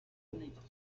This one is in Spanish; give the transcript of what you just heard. anillos